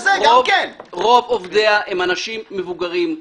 רוב עובדיה הם אנשים מבוגרים.